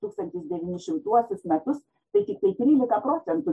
tūkstantis devini šimtuosius metus tai tiktai trylika procentų